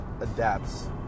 adapts